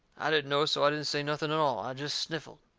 i didn't know, so i didn't say nothing at all i jest sniffled.